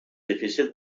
difícil